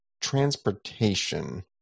transportation